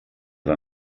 war